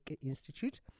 Institute